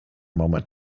moment